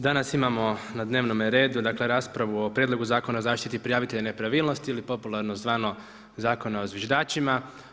Danas imamo na dnevnome redu raspravu o Prijedlogu Zakona o zaštiti prijavitelja nepravilnosti ili popularno zvano „Zakona o zviždačima“